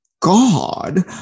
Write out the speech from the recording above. God